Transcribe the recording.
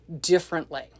differently